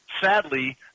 sadly